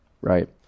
right